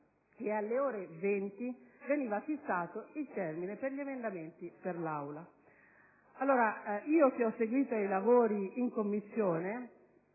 e alle ore 20 veniva fissato il termine per gli emendamenti per l'Aula. Io, che ho seguito i lavori in Commissione,